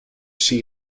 see